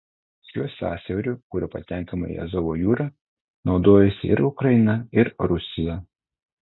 šiuo sąsiauriu kuriuo patenkama į azovo jūrą naudojasi ir ukraina ir rusija